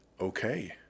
okay